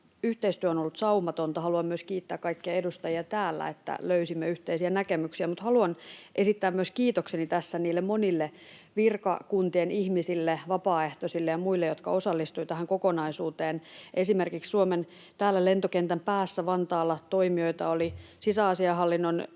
yhteistyö on ollut saumatonta. Haluan myös kiittää kaikkia edustajia täällä siitä, että löysimme yhteisiä näkemyksiä. Haluan myös esittää kiitokseni tässä niille monille virkakuntien ihmisille, vapaaehtoisille ja muille, jotka osallistuivat tähän kokonaisuuteen. Esimerkiksi täällä Suomen lentokentän päässä Vantaalla toimijoita olivat sisäasiainhallinnon